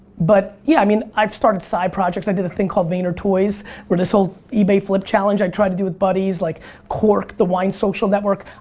but, yeah, i mean i've started side projects. i did a thing called vaynertoys where this whole ebay flip challenge i tried to do with buddies, like cork'd the wine social network.